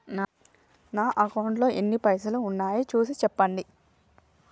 నా అకౌంట్లో ఎన్ని పైసలు ఉన్నాయి చూసి చెప్పండి?